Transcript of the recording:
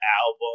album